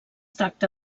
tracta